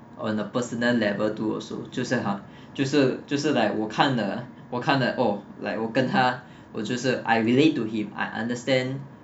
on a personal level to also 就是他就是就是 like 我看了我看 oh like 我跟他我就是 I relate to him I understand